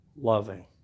loving